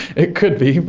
it could be,